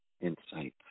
insight